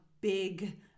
big